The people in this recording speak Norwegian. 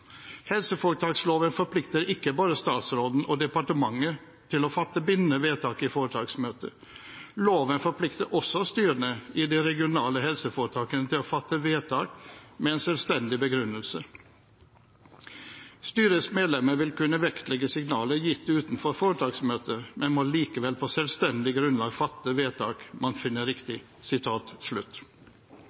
Helseforetaksloven forplikter ikke bare statsråden og departementet til å fatte bindende vedtak i foretaksmøtet. Loven forplikter også styrene i de regionale helseforetakene til å fatte vedtak med en selvstendig begrunnelse. Styrets medlemmer vil kunne vektlegge signaler gitt utenfor foretaksmøte, men må likevel på selvstendig grunnlag fatte de vedtak man finner riktig.»